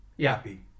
happy